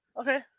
Okay